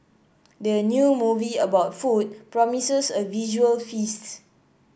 the new movie about food promises a visual feast